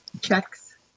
checks